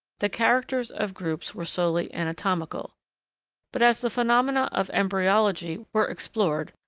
the characters of groups were solely anatomical but as the phenomena of embryology were explored,